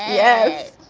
yes.